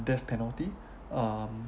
death penalty um